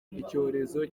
icyorezo